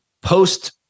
post